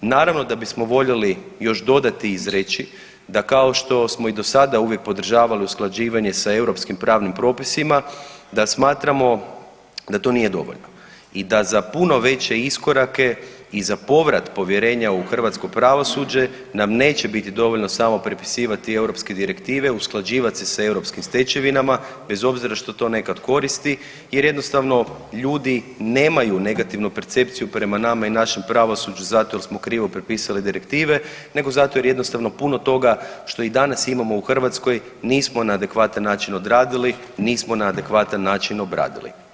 Naravno da bismo voljeli još dodati i izreći da kao što smo i do sada uvijek podržavali usklađivanje sa europskim pravnim propisima, da smatramo da to nije dovoljno i da za puno veće iskorake i za povrat povjerenja u hrvatsko pravosuđe nam neće biti dovoljno samo prepisivati europske direktive, usklađivat se sa europskim stečevinama bez obzira što to nekad koristi jer jednostavno ljudi nemaju negativnu percepciju prema nama i našem pravosuđu zato jer smo prepisali direktive nego zato jer jednostavno puno toga što i danas imamo u Hrvatskoj nismo na adekvatan način odradili, nismo na adekvatan način obradili.